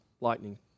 lightning